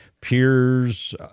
peers